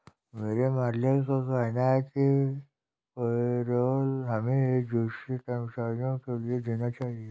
मेरे मालिक का कहना है कि पेरोल हमें एक दूसरे कर्मचारियों के लिए देना चाहिए